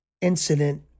incident